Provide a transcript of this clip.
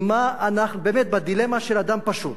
עם מה, באמת, בדילמה של אדם פשוט,